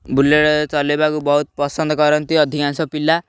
bullet ଚଲେଇବାକୁ ବହୁତ ପସନ୍ଦ କରନ୍ତି ଅଧିକାଂଶ ପିଲା